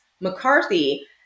McCarthy